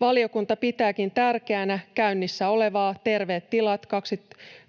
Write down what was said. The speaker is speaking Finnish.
Valiokunta pitääkin tärkeänä käynnissä olevaa Terveet tilat 2028